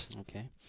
okay